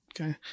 Okay